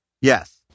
Yes